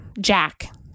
Jack